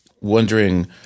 wondering